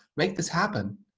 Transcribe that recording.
make this happen,